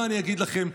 מה אני אגיד לכם,